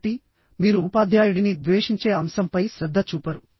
కాబట్టిమీరు ఉపాధ్యాయుడిని ద్వేషించే అంశంపై శ్రద్ధ చూపరు